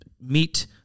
meet